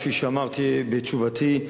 כפי שאמרתי בתשובתי,